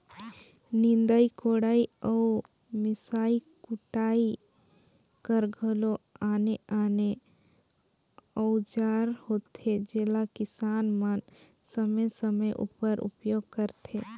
निदई कोड़ई अउ मिसई कुटई कर घलो आने आने अउजार होथे जेला किसान मन समे समे उपर उपियोग करथे